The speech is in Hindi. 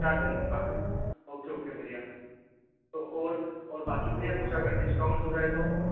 चार दिनों का है ओके ओके भैया तो और और बाक़ी भैया कुछ अगर डिस्काउंट हो जाए तो